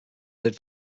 did